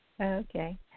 Okay